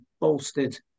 bolstered